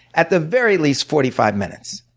at the very least, forty five minutes